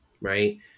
right